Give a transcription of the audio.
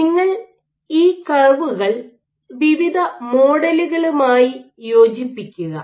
നിങ്ങൾ ഈ കർവുകൾ വിവിധ മോഡലുകളുമായി യോജിപ്പിക്കുക